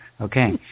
okay